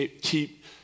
keep